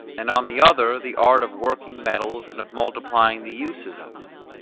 and on the other the art of working metals and of multiplying the uses of them.